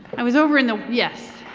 i was over in the, yes.